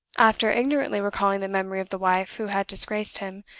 after ignorantly recalling the memory of the wife who had disgraced him,